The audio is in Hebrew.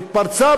התפרצה